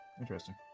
Interesting